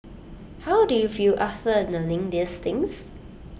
how do you feel after learning these things